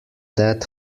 that